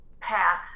path